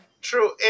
True